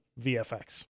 VFX